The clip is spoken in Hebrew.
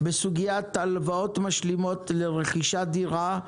בסוגיית הלוואות משלימות לרכישת דירה,